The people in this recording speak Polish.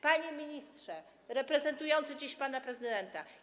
Panie Ministrze reprezentujący dziś pana prezydenta!